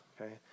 okay